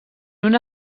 una